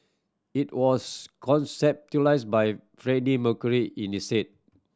it was conceptualised by Freddie Mercury in is head